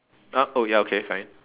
!huh! oh ya okay fine